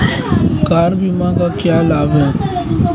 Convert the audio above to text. Car बीमा का क्या लाभ है?